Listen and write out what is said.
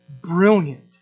brilliant